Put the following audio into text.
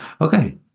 okay